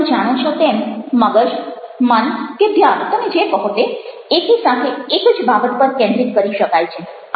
તમે જાણો છો તેમ મગજ મન કે ધ્યાન તમે જે કહો તે એકી સાથે એક જ બાબત પર કેન્દ્રિત કરી શકાય છે